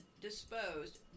disposed